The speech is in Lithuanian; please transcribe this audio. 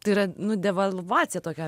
tai yra nu devalvacija tokia